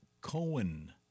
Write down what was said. Cohen